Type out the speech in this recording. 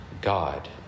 God